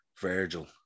Virgil